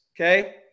Okay